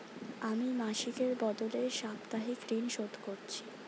আমি মাসিকের বদলে সাপ্তাহিক ঋন শোধ করছি